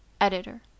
Editor